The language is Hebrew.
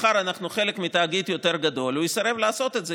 מחר אנחנו נהיה חלק מתאגיד יותר גדול והוא יסרב לעשות את זה,